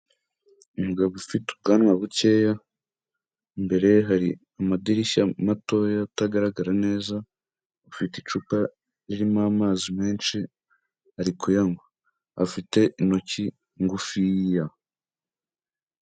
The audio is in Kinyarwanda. Umugabo ufite ubwanwa bukeya, imbere ye hari amadirishya matoya atagaragara neza, ufite icupa ririmo amazi menshi ari kuyanywa. Afite intoki ngufiya.